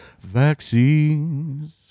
vaccines